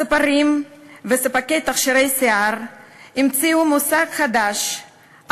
הספרים וספקי תכשירי שיער המציאו מושג חדש,